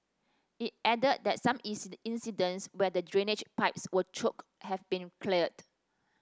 it added that some incidents where the drainage pipes were choked have been cleared